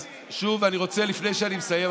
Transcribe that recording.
שוב, לפני שאני מסיים,